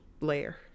layer